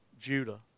Judah